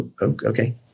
okay